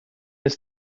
ist